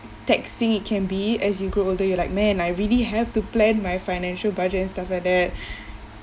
taxing can be as you grow older you're like man I really have to plan my financial budget and stuff like that